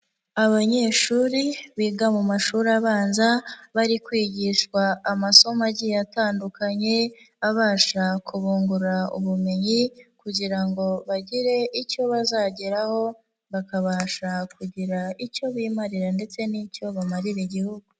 Abanyeshuri biga mu mashuri abanza, bari kwigishwa amasomo agiye atandukanye, abasha kubungura ubumenyi kugira ngo bagire icyo bazageraho, bakabasha kugira icyo bimarira ndetse n'icyo bamarira igihugu.